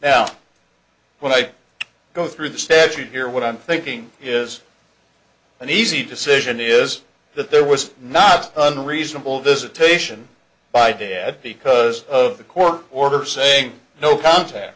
now when i go through the statute here what i'm thinking is an easy decision is that there was not unreasonable visitation by dad because of the court order saying no contact